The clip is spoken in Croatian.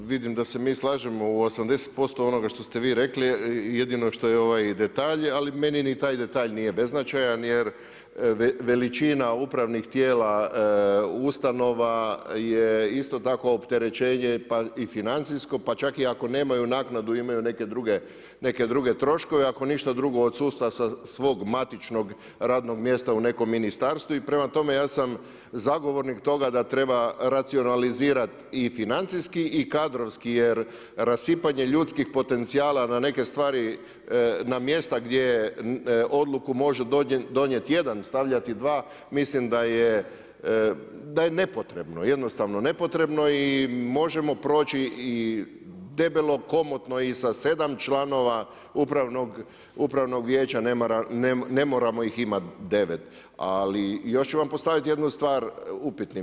Ma vidim da se mi slažemo u 805 onoga što ste vi rekli, jedino što je ovaj detalj, ali meni ni taj detalj nije beznačajan jer veličina upravnih tijela ustanova je isto tako opterećenje i financijsko pa čak i ako nemaju naknadu, imaju neke druge troškove, ako ništa drugo od sustava svog matičnog radnog mjesta u nekom ministarstvu i prema tome, ja sam zagovornik toga da treba racionalizirati i financijski i kadrovski jer rasipanje ljudskih potencijala na neke stvari, na mjesta gdje odluku može donijeti jedan, stavljati sva, mislim da je nepotrebno, jednostavno nepotrebno i možemo proći debelo komotno i sa 7 članova upravno vijeća, ne moramo ih imati 9, ali još ću vam postaviti jednu stvar upitnom.